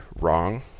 wrong